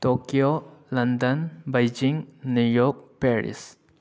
Tokyo London Beijing New York Paris